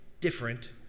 different